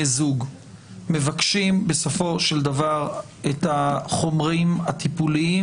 זוג מבקשים בסופו של דבר את החומרים הטיפוליים,